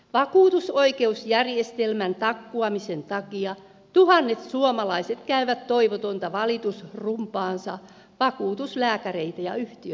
vakuutusoikeusjärjestelmän takkuamisen takia tuhannet suomalaiset käyvät toivotonta valitusrumbaansa vakuutuslääkäreitä ja yhtiöitä vastaan